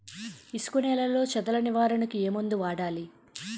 ఇసుక నేలలో చదల నివారణకు ఏ మందు వాడాలి?